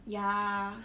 ya